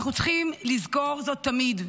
אנחנו צריכים לזכור זאת תמיד,